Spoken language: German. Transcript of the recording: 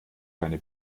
keine